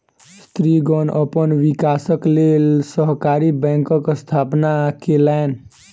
स्त्रीगण अपन विकासक लेल सहकारी बैंकक स्थापना केलैन